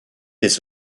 les